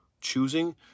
Choosing